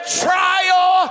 trial